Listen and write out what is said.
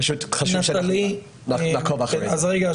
פשוט קשה לעקוב אחרי -- אז רגע,